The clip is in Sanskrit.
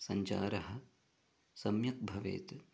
सञ्चारः सम्यक् भवेत्